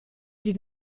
die